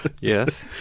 Yes